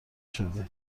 شدی